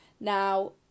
now